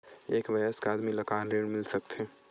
एक वयस्क आदमी ल का ऋण मिल सकथे?